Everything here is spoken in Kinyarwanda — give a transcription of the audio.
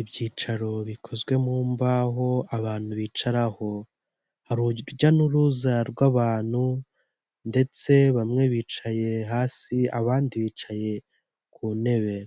ibyicaro bikozwe mu mbaho abantu bicaraho hari urujya n'uruza rw'abantu ndetse bamwe bicaye hasi abandi bicaye ku ntebe.